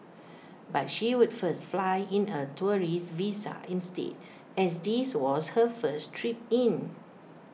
but she would first fly in A tourist visa instead as this was her first trip in